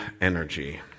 energy